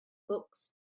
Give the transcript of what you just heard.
books